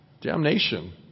Damnation